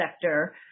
sector